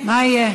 מה יהיה?